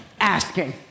asking